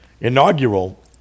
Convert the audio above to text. inaugural